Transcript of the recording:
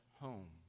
home